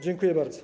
Dziękuję bardzo.